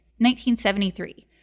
1973